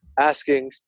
asking